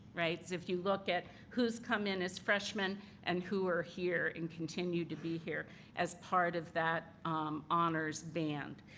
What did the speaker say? right? if you look at who has come in as freshmen and who are here and continue to be here as part of that honors band.